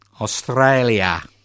Australia